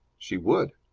she would!